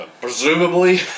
presumably